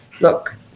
look